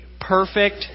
perfect